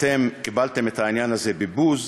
אתם קיבלתם את העניין הזה בבוז,